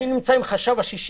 אני נמצא עם החשב השישי.